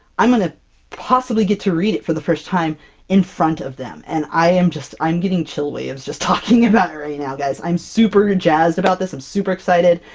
i'm gonna possibly get to read it for the first time in front of them, and i am just i'm getting chill-waves just talking about it right now, guys! i'm super jazzed about this! i'm super excited,